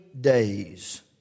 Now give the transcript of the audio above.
days